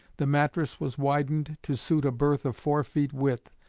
the mattress was widened to suit a berth of four feet width,